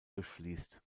durchfließt